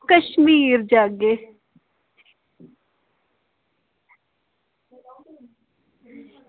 कश्मीर जाह्गे